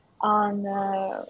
on